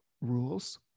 rules